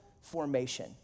formation